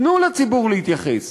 תנו לציבור להתייחס.